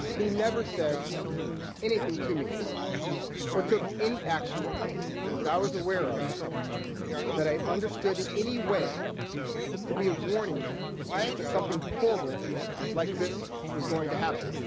he never said anything to me or took any action that i was aware of that i understood in any way to be a warning that something horrible like this was going to happen.